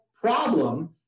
problem